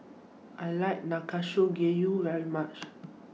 I like Nanakusa Gayu very much